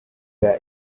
their